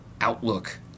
outlook